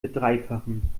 verdreifachen